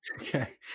Okay